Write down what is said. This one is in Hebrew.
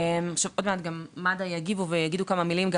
שעוד מעט גם מד"א יגיבו ויגידו כמה מילים גם